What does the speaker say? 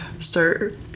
start